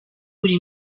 buri